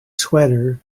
sweater